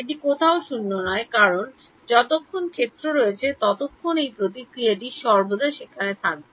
এটি কোথাও শূন্য নয় কারণ যতক্ষণ ক্ষেত্র রয়েছে ততক্ষণ এই প্রতিক্রিয়াটি সর্বদা সেখানে থাকবে